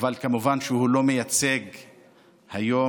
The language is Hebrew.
אבל כמובן שהוא לא מייצג היום,